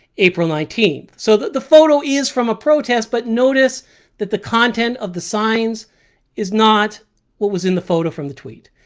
april nineteenth. nineteenth. so the the photo is from a protest, but notice that the content of the signs is not what was in the photo from the tweet.